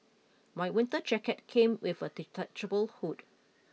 my winter jacket came with a detachable hood